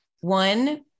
One